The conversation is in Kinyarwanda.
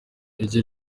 iryo